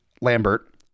Lambert